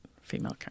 female